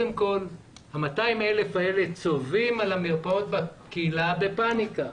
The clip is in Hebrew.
שה-200 אלף האלה צובאים על המרפאות בקהילה והם בפאניקה.